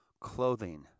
clothing